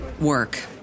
work